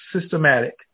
systematic